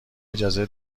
اجازه